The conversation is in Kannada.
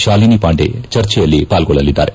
ಶಾಲಿನಿ ಪಾಂಡೆ ಚರ್ಚೆಯಲ್ಲಿ ಪಾಲ್ಗೊಳ್ಳಲಿದ್ದಾರೆ